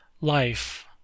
Life